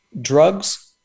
drugs